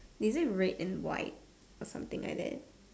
is it red and white or something like that